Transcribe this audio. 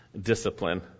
discipline